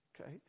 Okay